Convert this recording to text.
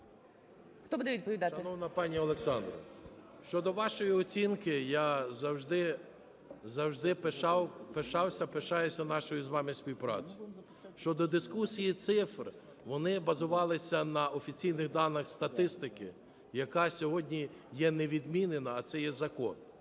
Хто буде відповідати? 10:34:32 КУБІВ С.І. Шановна пані Олександра, щодо вашої оцінки, я завжди, завжди пишався, пишаюся нашою з вами співпрацею. Щодо дискусії цифр, вони базувалися на офіційних даних статистики, яка сьогодні є не відмінена, а це є закон.